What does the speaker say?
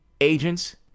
agents